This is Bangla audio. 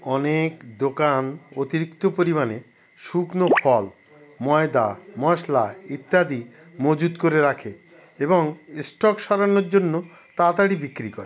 অনেক দোকান অতিরিক্ত পরিমাণে শুকনো ফল ময়দা মশলা ইত্যাদি মজুত করে রাখে এবং স্টক সরানোর জন্য তাড়াতাড়ি বিক্রি করে